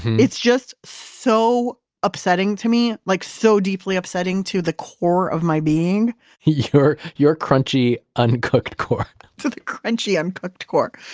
it's just so upsetting to me, like so deeply upsetting to the core of my being your your crunchy, uncooked core to the crunchy, uncooked core.